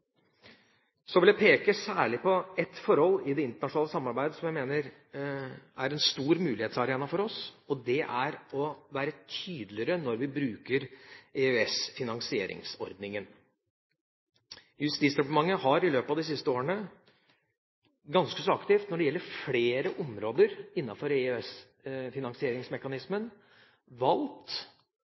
Så vil jeg peke på særlig et forhold i det internasjonale samarbeidet som jeg mener er en stor mulighetsarena for oss, og det er å være tydeligere når vi bruker EØS-finansieringsordningen. Justisdepartementet har i løpet av de siste årene ganske så aktivt når det gjelder flere områder innenfor EØS-finansieringsmekanismen, valgt